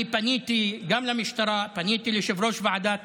אני פניתי גם למשטרה וליושב-ראש ועדת